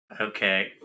okay